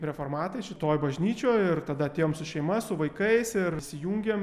reformatai šitoj bažnyčioj ir tada atėjom su šeima su vaikais ir įsijungėm